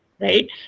right